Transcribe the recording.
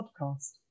podcast